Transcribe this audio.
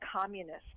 communist